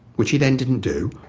which he then didn't do,